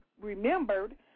remembered